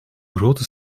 grote